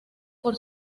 por